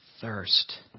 thirst